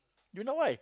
you know why